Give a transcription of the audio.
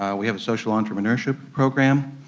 um we have a social entrepreneurship program,